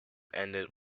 ended